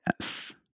yes